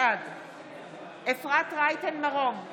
בעד אפרת רייטן מרום,